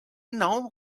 know